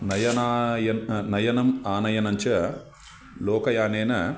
नयनायन् नयनम् आनयनञ्च लोकयानेन